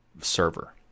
server